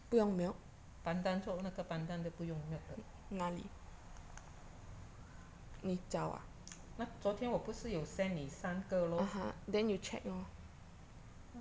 pandan 做那个 pandan 的不用 milk 的那昨天我不是有 send 你三个 lor